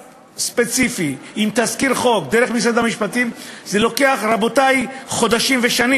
ממשרד ספציפי עם תזכיר חוק דרך משרד המשפטים זה לוקח חודשים ושנים,